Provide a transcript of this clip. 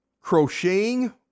crocheting